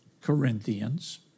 Corinthians